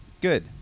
Good